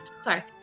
Sorry